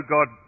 God